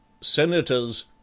Senators